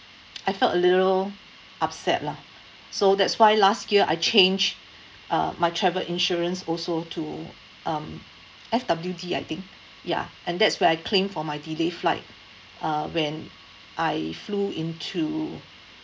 I felt a little upset lah so that's why last year I changed uh my travel insurance also to um F_W_D I think ya and that's where I claim for my delayed flight uh when I flew into